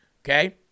okay